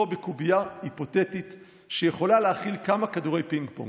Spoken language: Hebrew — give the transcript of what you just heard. בקובייה היפותטית שיכולה להכיל כמה כדורי פינג-פונג.